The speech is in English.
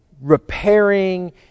repairing